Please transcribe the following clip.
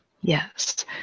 yes